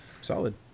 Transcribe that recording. Solid